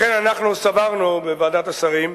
לכן אנחנו סברנו, בוועדת השרים,